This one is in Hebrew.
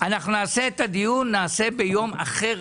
שאנחנו נעשה את הדיון ביום אחר,